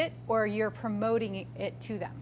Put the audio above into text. it or you're promoting it to them